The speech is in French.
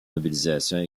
mobilisation